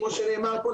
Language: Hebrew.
כמו שנאמר פה,